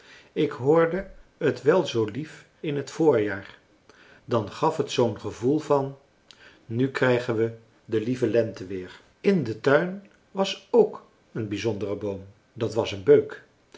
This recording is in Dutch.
ik hoorde het wel zoo lief in het voorjaar dan gaf het zoo'n gevoel van nu krijgen wij de lieve lente weer in den tuin was k een bijzondere boom dat was een beuk